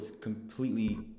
completely